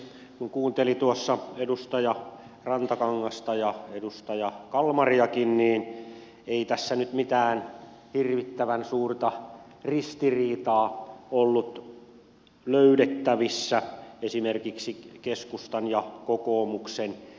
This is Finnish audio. kun kuunteli edustaja rantakangasta ja edustaja kalmariakin niin ei tässä nyt mitään hirvittävän suurta ristiriitaa ollut löydettävissä esimerkiksi keskustan ja kokoomuksen näkemysten välille